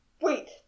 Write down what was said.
wait